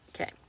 Okay